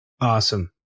awesome